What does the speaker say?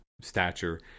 stature